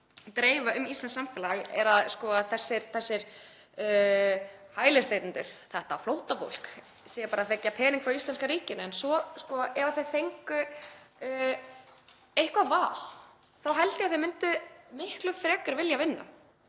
dreifist um íslenskt samfélag, að þessir hælisleitendur, þetta flóttafólk, séu bara að þiggja peninga frá íslenska ríkinu. Ef þau fengju eitthvert val þá held ég að þau myndu miklu frekar vilja vinna.